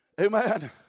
Amen